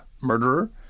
murderer